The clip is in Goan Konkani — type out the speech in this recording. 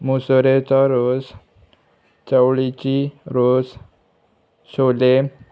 मसुरेचो रोस चवळीची रोस चोले